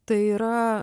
tai yra